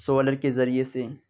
solar کے ذریعہ سے